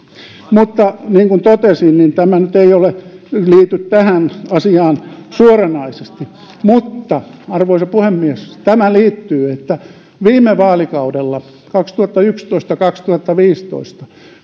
mutta niin kuin totesin tämä nyt ei liity tähän asiaan suoranaisesti mutta arvoisa puhemies tämä liittyy viime vaalikaudella kaksituhattayksitoista viiva kaksituhattaviisitoista